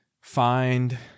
find